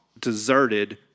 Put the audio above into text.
deserted